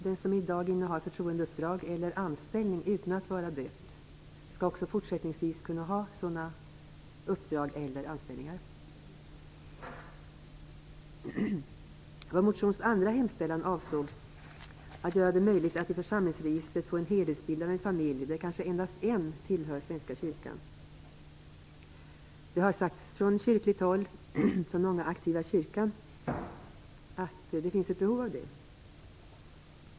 Den som i dag har förtroendeuppdrag eller anställning utan att vara döpt skall också fortsättningsvis kunna ha sådana uppdrag eller anställningar. Vår motions andra hemställan avser att göra det möjligt att i församlingsregistret få en helhetsbild av en familj där kanske endast en tillhör Svenska kyrkan. Det har sagts från kyrkligt håll och från många aktiva i kyrkan att det finns ett behov av det.